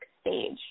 stage